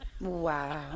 wow